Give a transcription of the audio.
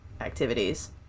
activities